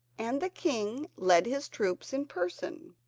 and the king led his troops in person.